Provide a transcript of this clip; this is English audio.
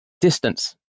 distance